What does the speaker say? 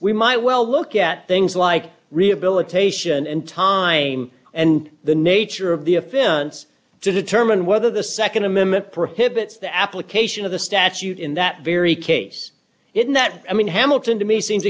we might well look at things like rehabilitation and time and the nature of the offense to determine whether the nd amendment prohibits the application of the statute in that very case in that i mean hamilton to me seems